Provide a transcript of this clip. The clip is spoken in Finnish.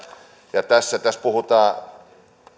tässä tässä puhutaan